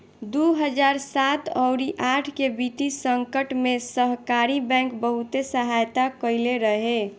दू हजार सात अउरी आठ के वित्तीय संकट में सहकारी बैंक बहुते सहायता कईले रहे